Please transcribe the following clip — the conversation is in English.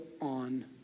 on